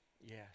yes